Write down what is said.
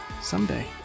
someday